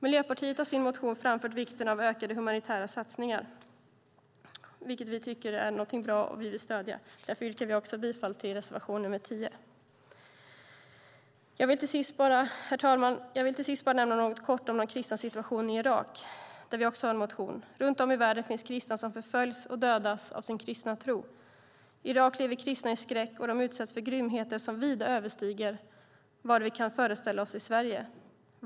Miljöpartiet har i sin motion framfört vikten av ökade humanitära satsningar, vilket vi tycker är någonting bra och vill stödja. Därför yrkar vi också bifall till reservation 10. Herr talman! Jag vill till sist bara nämna något kort om de kristnas situation i Irak, vilket vi också har en motion om. Runt om i världen finns kristna som förföljs och dödas på grund av sin kristna tro. I Irak lever kristna i skräck, och de utsätts för grymheter som vida överstiger vad vi kan föreställa oss i Sverige.